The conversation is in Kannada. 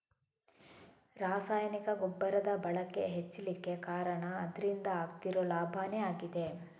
ರಾಸಾಯನಿಕ ಗೊಬ್ಬರದ ಬಳಕೆ ಹೆಚ್ಲಿಕ್ಕೆ ಕಾರಣ ಅದ್ರಿಂದ ಆಗ್ತಿರೋ ಲಾಭಾನೇ ಆಗಿದೆ